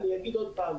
אני אגיד עוד פעם: